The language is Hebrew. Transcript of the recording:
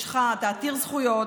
אתה עתיר זכויות,